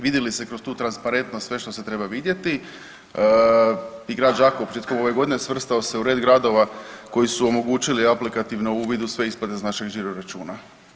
Vidi li se kroz tu transparentnost sve što se treba vidjeti i grad Đakovo početkom ove godine svrstao se u red gradova koji su omogućili aplikativno uvid u sve isplate s našeg žiro računa.